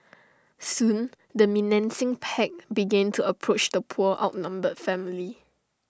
soon the menacing pack began to approach the poor outnumbered family